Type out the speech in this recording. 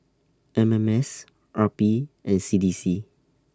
M M S R P and C D C